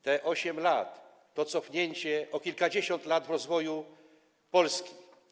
Tych 8 lat to cofnięcie o kilkadziesiąt lat rozwoju Polski.